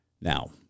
Now